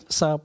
sa